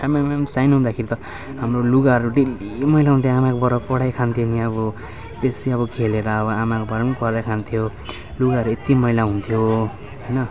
आमामामा सानो हुँदाखेरि त हाम्रो लुगाहरू डेल्ली मैला हुन्थ्यो आमाकोबाट कराइ खान्थ्यो नि अब बेसी अब खेलेर अब आमाकोबाट पनि कराइ खान्थ्यो लुगाहरू यति मैला हुन्थ्यो होइन